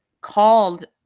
called